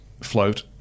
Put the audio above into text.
float